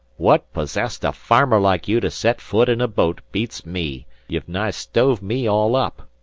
what possest a farmer like you to set foot in a boat beats me. you've nigh stove me all up.